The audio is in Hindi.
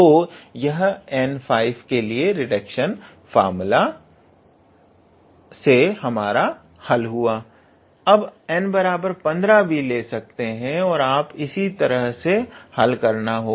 तो यह n5 के लिए रिडक्शन फार्मूला का हमारा हल हुआ आप n15 भी ले सकते हैं और आपको इसी प्रकार से हल करना होगा